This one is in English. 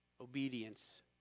obedience